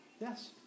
Yes